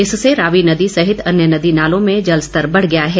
इससे रावी नदी सहित अन्य नदी नालों में जलस्तर बढ़ गया है